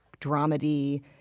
dramedy